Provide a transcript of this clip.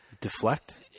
deflect